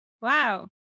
Wow